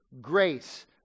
grace